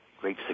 great